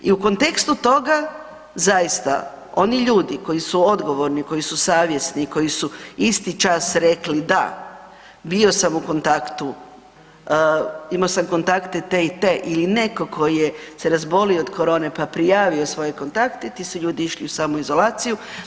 I u kontekstu toga zaista oni ljudi koji su odgovorni, koji su savjesni, koji su isti čas rekli da, bio sam u kontaktu, imao sam kontakte te i te ili neko ko se razbolio od korone pa prijavio svoje kontakte ti su ljudi išli u samoizolaciju.